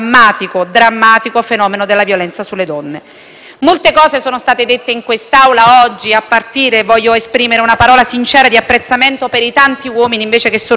Molte cose sono state dette in quest'Aula oggi; voglio esprimere una parola sincera di apprezzamento per i tanti uomini che sono intervenuti, a partire dal mio collega Alfieri e dalle sue parole.